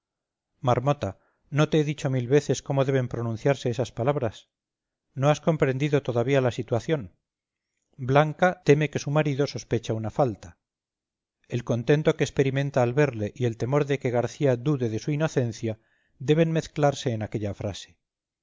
público marmota no te he dicho mil veces cómo deben pronunciarse esas palabras no has comprendido todavía la situación blanca teme que su marido sospecha una falta el contento que experimenta al verle y el temor de que garcía dude de su inocencia deben mezclarse en aquella frase